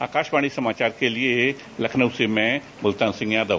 आकाशवाणी समाचार के लिए लखनऊ से मैं मुल्तान सिंह यादव